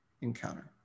encounter